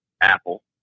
Apple